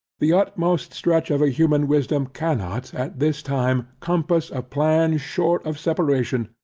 the utmost stretch of human wisdom cannot, at this time, compass a plan short of separation,